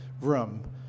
room